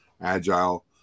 agile